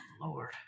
Lord